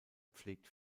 pflegt